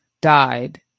died